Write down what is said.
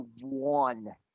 one